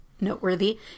noteworthy